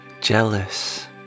jealous